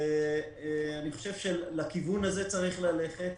אני חושב שלכיוון הזה צריך ללכת,